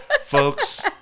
Folks